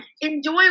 Enjoy